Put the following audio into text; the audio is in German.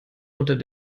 unter